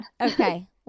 Okay